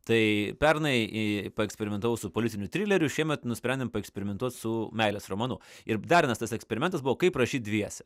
tai pernai į paeksperimentavau su politiniu trileriu šiemet nusprendėm paeksperimentuot su meilės romanu ir dar vienas tas eksperimentas buvo kaip rašyt dviese